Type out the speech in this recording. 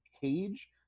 cage